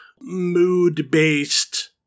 mood-based